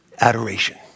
adoration